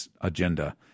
agenda